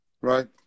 right